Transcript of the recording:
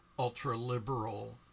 ultra-liberal